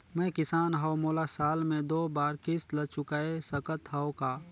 मैं किसान हव मोला साल मे दो बार किस्त ल चुकाय सकत हव का?